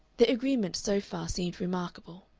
their agreement so far seemed remarkable,